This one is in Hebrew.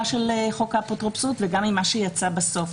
של חוק האפוטרופסות וגם ממה שיצא בסוף,